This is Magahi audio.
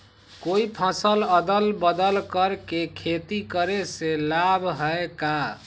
कोई फसल अदल बदल कर के खेती करे से लाभ है का?